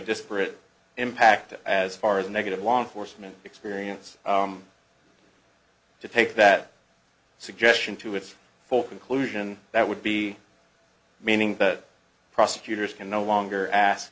disparate impact as far as a negative law enforcement experience to take that suggestion to its full conclusion that would be meaning that prosecutors can no longer ask